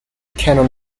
canon